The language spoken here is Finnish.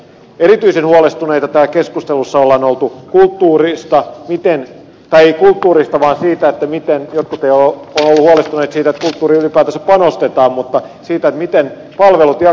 erityisen huolestuneita täällä keskustelussa on oltu siitä tai jotkuthan ovat olleet huolestuneita siitä että kulttuuriin ylipäätään panostetaan miten palvelut jakaantuvat